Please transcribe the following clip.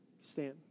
stand